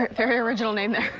um there. very original name there.